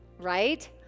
right